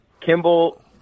Kimball